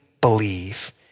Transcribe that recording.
believe